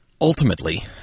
ultimately